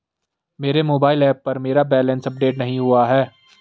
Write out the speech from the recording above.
मेरे mobile app पर मेरा बैलेंस अपडेट नहीं हुआ है